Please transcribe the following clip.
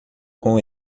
com